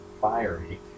fiery